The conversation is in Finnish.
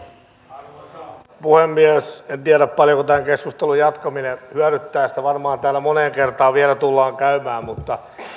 arvoisa puhemies en tiedä paljonko tämän keskustelun jatkaminen hyödyttää sitä varmaan täällä moneen kertaan vielä tullaan käymään mutta